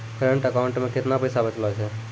Current account मे केतना पैसा बचलो छै?